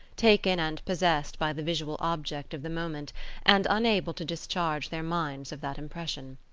taken and possessed by the visual object of the moment and unable to discharge their minds of that impression.